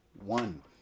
one